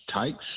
takes